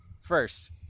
First